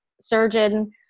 surgeon